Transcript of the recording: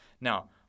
now